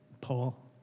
Paul